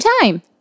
time